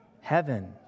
heaven